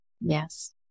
Yes